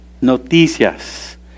noticias